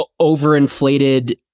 overinflated